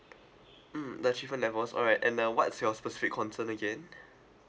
mm the achievement levels alright and uh what's your specific concern again